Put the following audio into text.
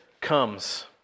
comes